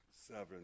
seven